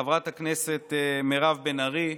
חברת הכנסת מירב בן ארי,